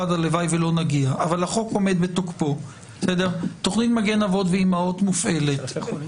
המידע הזה אנחנו נוכל לתכנן את פריסת הקלפיות.